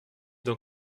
donc